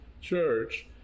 church